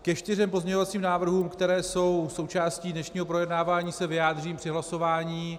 Ke čtyřem pozměňovacím návrhům, které jsou součástí dnešního projednávání, se vyjádřím při hlasování.